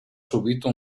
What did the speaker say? subito